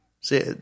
see